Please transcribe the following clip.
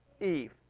eve